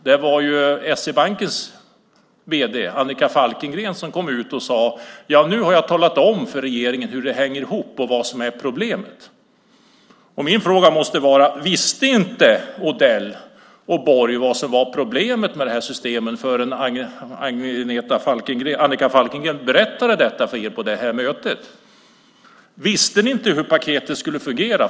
Det var SE-bankens vd Annika Falkengren som kom ut och sade: Nu har jag talat om för regeringen hur det hänger ihop och vad som är problemet. Min fråga måste vara: Visste inte Odell och Borg vad som var problemet med systemen förrän Annika Falkengren berättade detta för er på mötet? Visste ni inte hur paketet skulle fungera?